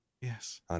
Yes